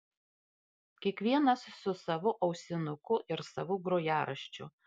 kiekvienas su savu ausinuku ir savu grojaraščiu